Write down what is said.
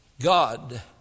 God